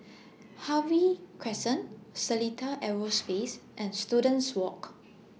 Harvey Crescent Seletar Aerospace and Students Walk